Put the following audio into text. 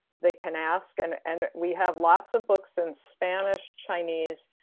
they can ask and and we have lots of books in spanish, chinese,